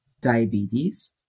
diabetes